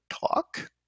talk